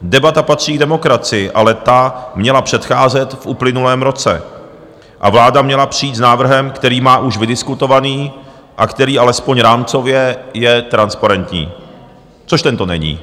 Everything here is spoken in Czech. Debata patří k demokracii, ale ta měla předcházet v uplynulém roce a vláda měla přijít s návrhem, který má už vydiskutovaný a který alespoň rámcově je transparentní, což tento není.